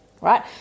right